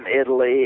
Italy